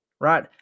right